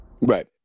Right